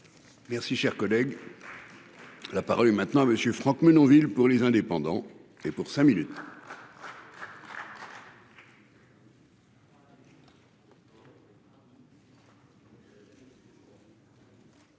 Merci cher collègue. La parole est maintenant monsieur Franck Menonville pour les indépendants et pour cinq minutes.